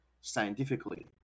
scientifically